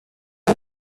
mom